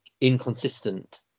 inconsistent